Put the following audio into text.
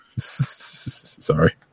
Sorry